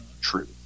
true